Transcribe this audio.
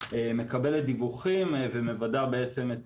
מקבלת דיווחים ומוודאת את